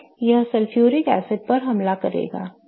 और यह sulphuric acid पर हमला करेगा